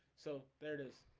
so there it is